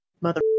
mother